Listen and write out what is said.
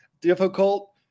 difficult